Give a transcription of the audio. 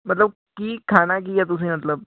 ਮਤਲਬ ਕੀ ਖਾਣਾ ਕੀ ਆ ਮਤਲਵ